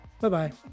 Bye-bye